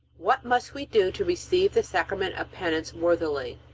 what must we do to receive the sacrament of penance worthily?